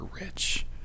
rich